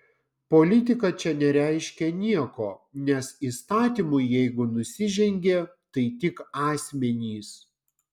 politika čia nereiškia nieko nes įstatymui jeigu nusižengė tai tik asmenys